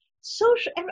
Social